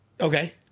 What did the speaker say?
Okay